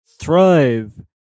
thrive